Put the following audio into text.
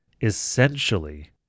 essentially